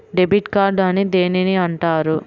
Debit card అని దేనిని అంటారు?